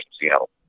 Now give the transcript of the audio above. Seattle